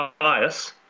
bias